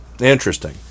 Interesting